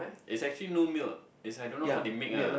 it's actually no milk it's I don't know how they make ah